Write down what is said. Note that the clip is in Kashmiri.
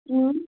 اۭں